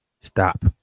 Stop